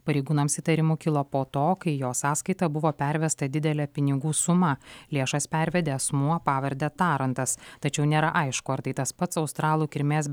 pareigūnams įtarimų kilo po to kai į jo sąskaitą buvo pervesta didelė pinigų suma lėšas pervedė asmuo pavarde tarantas tačiau nėra aišku ar tai tas pats australų kilmės